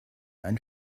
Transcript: ein